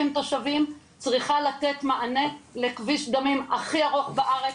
תושבים צריכה לתת מענה לכביש דמים הכי ארוך בארץ.